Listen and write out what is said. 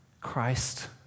Christ